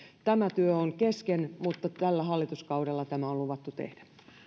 tämä työ on kesken mutta tällä hallituskaudella tämä on luvattu tehdä